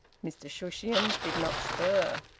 mr shushions did not stir.